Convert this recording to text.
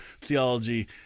theology